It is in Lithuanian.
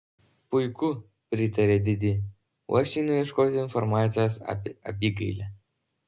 puiku pritarė didi o aš einu ieškoti informacijos apie abigailę